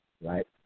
right